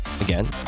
again